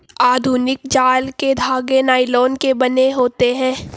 आधुनिक जाल के धागे नायलोन के बने होते हैं